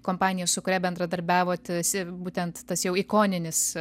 kompanijos su kuria bendradarbiavot si būtent tas jau ikoninis